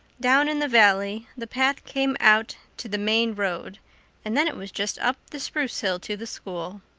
down in the valley the path came out to the main road and then it was just up the spruce hill to the school.